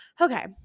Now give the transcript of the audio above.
Okay